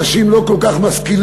אנשים לא כל כך משכילים,